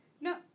No